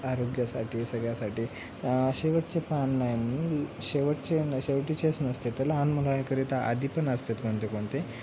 आरोग्यासाठी सगळ्यासाठी शेवटचे पान नाही शेवटचे न शेवटीचेच नसते तर लहान मुलांकरीता आधी पण असतात कोणते कोणते